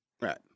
Right